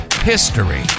history